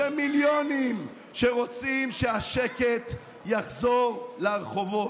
בשם מיליונים שרוצים שהשקט יחזור לרחובות.